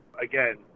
again